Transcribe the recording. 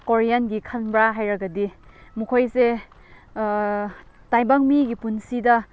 ꯀꯣꯔꯤꯌꯥꯟꯒꯤ ꯈꯟꯕ꯭ꯔꯥ ꯍꯥꯏꯔꯒꯗꯤ ꯃꯈꯣꯏꯁꯦ ꯇꯥꯏꯕꯪ ꯃꯤꯒꯤ ꯄꯨꯟꯁꯤꯗ